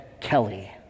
Kelly